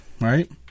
right